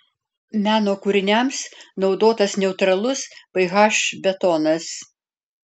meno kūriniams naudotas neutralaus ph betonas